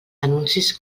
anuncis